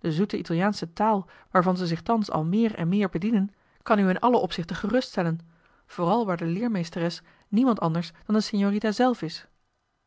de zoete italiaansche taal waarvan zij zich thans al meer en meer bedienen kan u in alle opzichten gerust stellen vooral waar de leermeesteres niemand anders dan de signorita zelf is